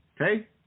Okay